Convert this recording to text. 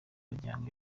miryango